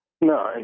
No